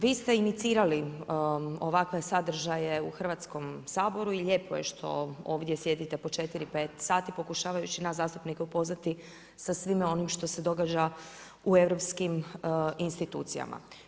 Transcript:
Vi ste inicirali ovakve sadržaje u Hrvatskom saboru i lijepo je što ovdje sjedite po četiri, pet sati pokušavajući nas zastupnike upoznati sa svime onim što se događa u europskim institucijama.